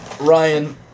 Ryan